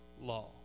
law